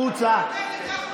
החוצה.